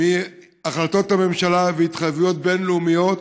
מהחלטות הממשלה והתחייבויות בין-לאומיות,